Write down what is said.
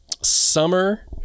Summer